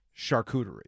charcuterie